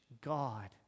God